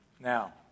Now